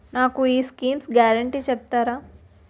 నాకు ఈ schemes guarantee చెప్తారా?